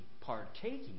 partaking